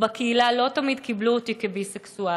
ובקהילה לא תמיד קיבלו אותי כביסקסואל.